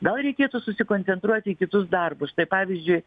gal reikėtų susikoncentruoti į kitus darbus tai pavyzdžiui